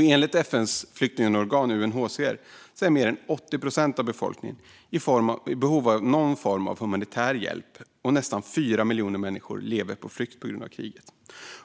Enligt FN:s flyktingorgan UNHCR är mer än 80 procent av befolkningen i behov av någon form av humanitär hjälp, och nästan 4 miljoner människor lever på flykt på grund av kriget.